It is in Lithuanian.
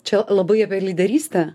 čia labai apie lyderystę